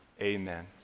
Amen